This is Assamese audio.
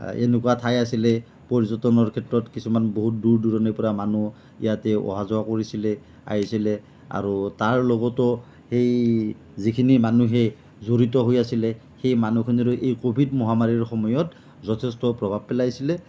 এনেকুৱা ঠাই আছিলে পৰ্যটনৰ ক্ষেত্ৰত কিছুমান বহুত দূৰ দূৰণিৰ পৰা মানুহ ইয়াতে অহা যোৱা কৰিছিলে আহিছিলে আৰু তাৰ লগতো সেই যিখিনি মানুহে জড়িত হৈ আছিলে সেই মানুহখিনিৰো এই ক'ভিড মহামাৰীৰ সময়ত যথেষ্ট প্ৰভাৱ পেলাইছিলে